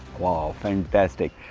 wow fantastic.